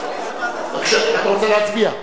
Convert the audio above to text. אדוני היושב-ראש, אתה רוצה להצביע.